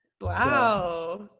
Wow